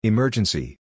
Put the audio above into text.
Emergency